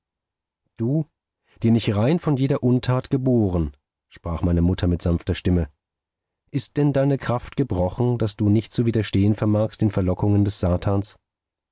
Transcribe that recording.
du den ich rein von jeder untat geboren sprach meine mutter mit sanfter stimme ist denn deine kraft gebrochen daß du nicht zu widerstehen vermagst den verlockungen des satans